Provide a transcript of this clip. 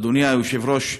אדוני היושב-ראש,